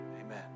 Amen